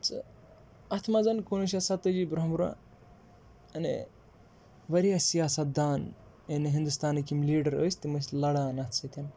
ژٕ اَتھ منٛز کُنوُہ شَتھ ستٲجی برونٛہہ برونٛہہ یعنی واریاہ سیاست دان یعنی ہِندُستانٕکۍ یِم لیٖڈَر ٲسۍ تِم ٲسۍ لَڑان اَتھ سۭتۍ